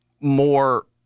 more